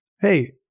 hey